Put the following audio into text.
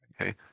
Okay